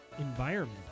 environment